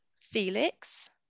Felix